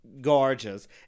gorgeous